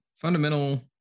fundamental